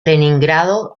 leningrado